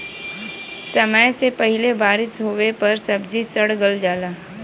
समय से पहिले बारिस होवे पर सब्जी सड़ गल जाला